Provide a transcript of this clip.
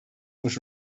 was